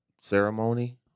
ceremony